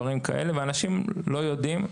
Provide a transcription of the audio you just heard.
ואנשים לא יודעים.